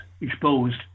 exposed